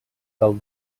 del